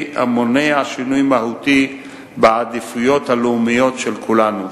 המונע שינוי מהותי בעדיפויות הלאומיות של כולנו.